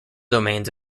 domains